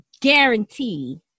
guarantee